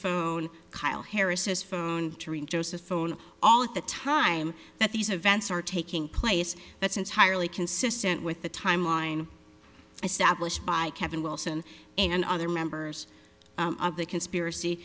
phone kyle harris's phone to ring joseph phone all at the time that these events are taking place that's entirely consistent with the timeline i sat by kevin wilson and other members of the conspiracy